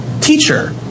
teacher